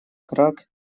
краг